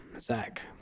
Zach